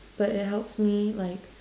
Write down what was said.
but it helps me like